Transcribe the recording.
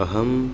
अहं